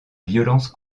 violence